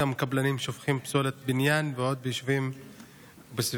קבלנים שופכים פסולת בניין ועוד ביישובים בסביבתם.